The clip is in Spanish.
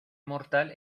mortal